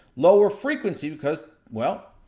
lower frequency because, well,